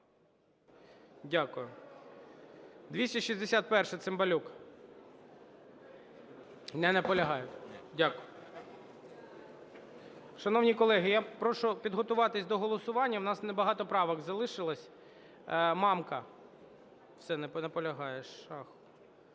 Дякую. 261, Цимбалюк. Не наполягає. Дякую. Шановні колеги, я прошу підготуватись до голосування, в нас небагато правок залишилось. Мамка. Все, не наполягає.